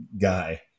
guy